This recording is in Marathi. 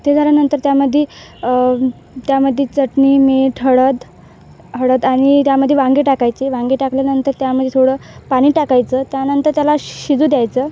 ते झाल्यानंतर त्यामध्ये त्यामध्ये चटणी मीठ हळद हळद आणि त्यामध्ये वांगे टाकायचे वांगे टाकल्यानंतर त्यामध्ये थोडं पाणी टाकायचं त्यानंतर त्याला शिजू द्यायचं